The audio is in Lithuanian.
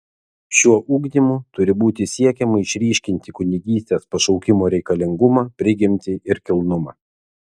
šiuo ugdymu turi būti siekiama išryškinti kunigystės pašaukimo reikalingumą prigimtį ir kilnumą